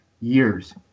years